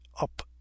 up